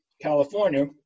California